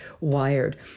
wired